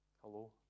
Hello